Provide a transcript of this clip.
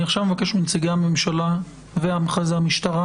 אני מבקש מנציגי הממשלה ואחריהם מנציגי המשטרה